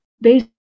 based